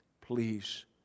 Please